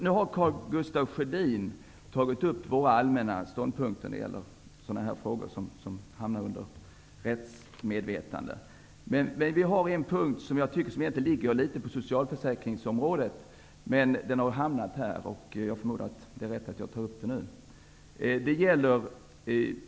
Nu har Karl Gustaf Sjödin redovisat våra allmänna ståndpunkter i frågor som har att göra med rättsmedvetandet. Men en punkt som jag tycker hör hemma på socialförsäkringsområdet har också hamnat här, och jag förmodar att det är rätt att jag tar upp den nu.